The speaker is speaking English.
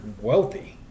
wealthy